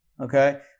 okay